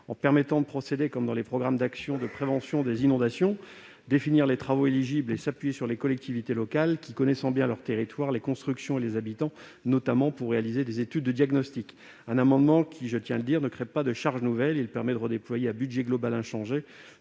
en permettant de procéder comme dans les programmes d'actions de prévention des inondations : définir les travaux éligibles et s'appuyer sur les collectivités locales, qui connaissent bien leurs territoires, les constructions et les habitants, notamment pour réaliser des études de diagnostic. Cet amendement ne crée pas de charges nouvelles. Il permet de redéployer, à budget global inchangé